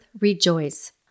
rejoice